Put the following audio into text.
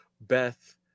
Beth